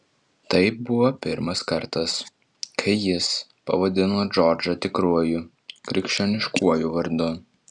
tai buvo pirmas kartas kai jis pavadino džordžą tikruoju krikščioniškuoju vardu